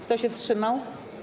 Kto się wstrzymał?